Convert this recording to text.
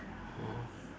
mmhmm